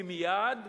מייד,